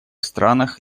странах